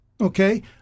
okay